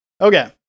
Okay